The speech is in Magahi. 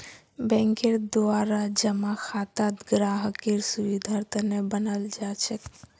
बैंकेर द्वारा जमा खाता ग्राहकेर सुविधार तने बनाल जाछेक